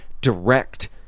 direct